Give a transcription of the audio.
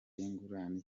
y’ingurane